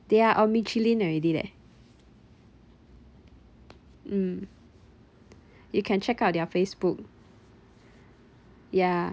they are of michelin already leh mm you can check out their Facebook ya